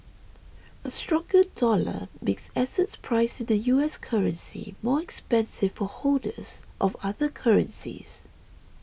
a stronger dollar makes assets priced in the U S currency more expensive for holders of other currencies